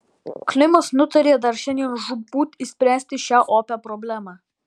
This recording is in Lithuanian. klimas nutarė dar šiandien žūtbūt išspręsti šią opią problemą